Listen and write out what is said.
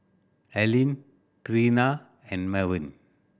Aleen Trina and Mervin